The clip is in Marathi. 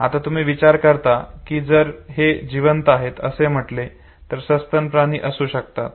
आता तुम्ही विचार करता की जर हे जिवंत आहे असे म्हटले तर ते सस्तन प्राणी असू शकतात